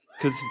Cause